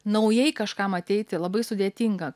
naujai kažkam ateiti labai sudėtinga